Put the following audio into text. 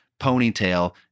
ponytail